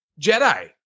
Jedi